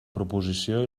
proposició